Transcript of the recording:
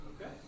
Okay